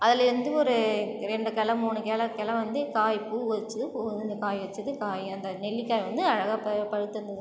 அதில் வந்து ஒரு ரெண்டு கிள மூணு கிள கிள வந்து காய் பூ வச்சு காய் வச்சுது காய் அந்த நெல்லிக்காய் வந்து அழகாக ப பழுத்திருந்துது